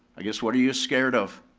i guess, what are you scared of?